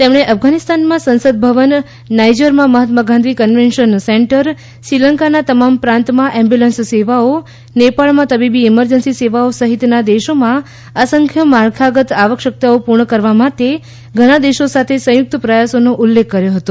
તેમણે અફઘાનિસ્તાનમાં સંસદ ભવન નાઇજરમાં મહાત્મા ગાંધી કન્વેન્શન સેન્ટર શ્રીલંકાના તમામ પ્રાંતમાં એમ્બ્યુલન્સ સેવાઓ નેપાળમાં તબીબી ઇમરજન્સી સેવાઓ સહિતના દેશોમાં અસંખ્ય માળખાગત આવશ્યકતાઓ પૂર્ણ કરવા માટે ઘણા દેશો સાથે સંયુક્ત પ્રયાસોનો ઉલ્લેખ કર્યો હતો